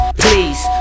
please